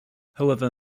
however